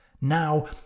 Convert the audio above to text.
Now